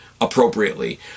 appropriately